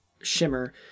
shimmer